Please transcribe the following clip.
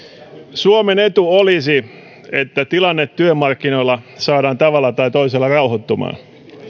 suomen etu olisi että tilanne työmarkkinoilla saadaan tavalla tai toisella rauhoittumaan